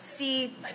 see